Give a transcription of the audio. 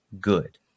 good